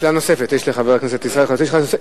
שאלה נוספת לחבר הכנסת ישראל חסון.